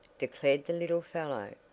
declared the little fellow,